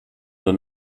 den